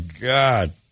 god